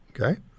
Okay